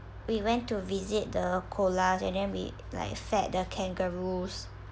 we went to visit the koalas and then we like fed the kangaroos